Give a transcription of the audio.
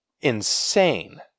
insane